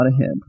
ahead